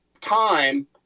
time